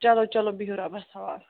چلو چلو بِہِو رۄبَس حَوال